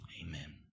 amen